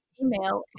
email